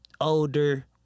older